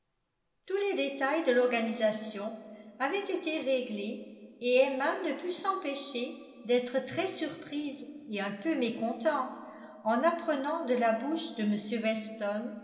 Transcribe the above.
tous les détails de l'organisation avaient été réglés et emma ne put s'empêcher d'être très surprise et un peu mécontente en apprenant de la bouche de m weston